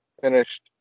finished